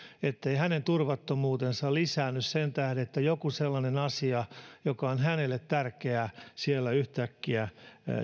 ettei hänen turvattomuutensa lisäänny sen tähden että joku sellainen asia joka on hänelle tärkeä siellä yhtäkkiä